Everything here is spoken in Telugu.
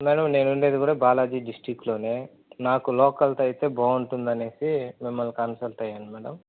మేడం నేను ఉండేది కూడా బాలాజీ డిస్ట్రిక్ట్లోనే నాకు లోకల్తో అయితే బాగుంటుందని మిమ్మల్ని కన్సల్ట్ అయ్యాను మేడం